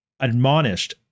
Admonished